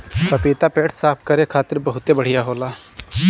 पपीता पेट साफ़ करे खातिर बहुते बढ़िया होला